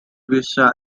vista